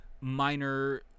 minor